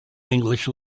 english